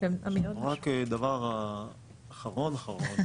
רק הדבר האחרון-אחרון.